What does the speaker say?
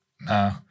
No